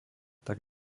tak